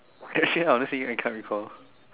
actaully honestly I can't recall